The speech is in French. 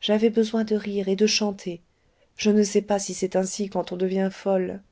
j'avais besoin de rire et de chanter je ne sais pas si c'est ainsi quand on devient folle